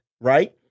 right